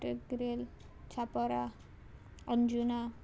ट्रेग्रेल Chapora Anjuna